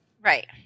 Right